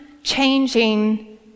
changing